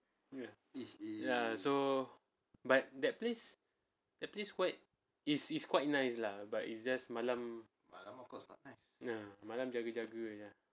ya is ya so but that place that place quite is is quite nice lah but it's just malam ya malam kena jaga-jaga ya